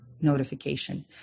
notification